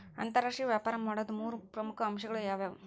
ಅಂತರಾಷ್ಟ್ರೇಯ ವ್ಯಾಪಾರ ಮಾಡೋದ್ ಮೂರ್ ಪ್ರಮುಖ ಅಂಶಗಳು ಯಾವ್ಯಾವು?